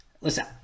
listen